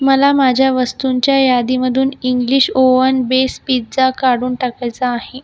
मला माझ्या वस्तूंच्या यादीमधून इंग्लिश ओव्हन बेस पिझ्झा काढून टाकायचा आहे